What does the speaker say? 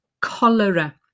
cholera